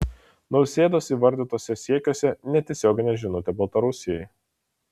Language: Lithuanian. nausėdos įvardytuose siekiuose netiesioginė žinutė baltarusijai